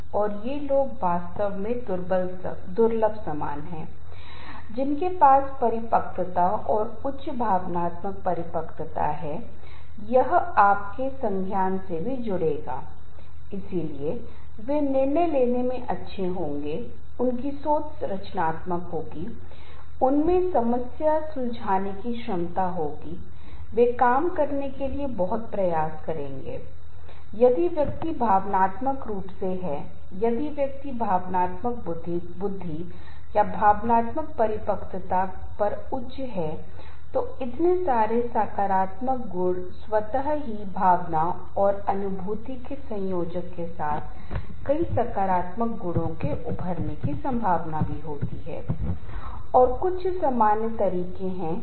कहा कि इन परिणामों से आप कुछ भेद्यता marker vulnerability marker Vulnerability Marker पा सकते हैं और भेद्यता मार्कर आपको कहेंगे कि आपके पास इसमें भी यह संकेत होगा कि आप तनाव के अधीन मे है और तनाव का सामना कर रहे है जिसका परिणाम यह है कि अक्सर आप सिरदर्द का अनुभव कर रहे हैं लगातार तनाव के तहत महसूस किया जा रहा है समय के साथ बहुत अधिक थका हुआ होना सिर में दबाव की सनसनी दिल की धड़कन का बढ़ना आसानी से चोट लगना कुछ हमेशा चिंता करने की अतीत और भविष्य के नकारात्मक पहलुओं पर निवास करना छोटी छोटी समस्याओं पर जीवन की प्रतिक्रियाओं पर सबसे बुरा होने की उम्मीद एक बात सुनिश्चित करने के लिए कि सब कुछ ठीक है या आप एक पूर्णतावादी हैं निर्णय लेने में असमर्थ हैं या व्यक्तिगत रूप से सब कुछ लेने में ध्यान केंद्रित करते हैं जो गलत हो जाता है और अक्सर घबराहट का अनुभव होता है